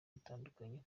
butandukanye